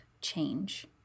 change